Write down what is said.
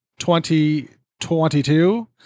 2022